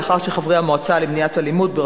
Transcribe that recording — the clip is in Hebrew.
לאחר שחברי המועצה למניעת אלימות בספורט,